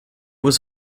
was